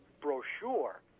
brochure